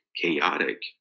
chaotic